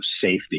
safety